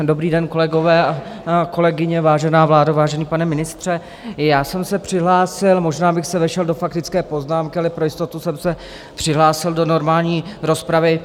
Dobrý den, kolegové a kolegyně, vážená vládo, vážený pane ministře, já jsem se přihlásil, možná bych se vešel do faktické poznámky, ale pro jistotu jsem se přihlásil do normální rozpravy.